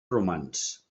romans